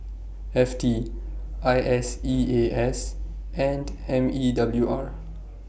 F T I S E A S and M E W R